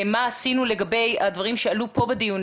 מה עשינו לגבי הדברים שעלו פה בדיון.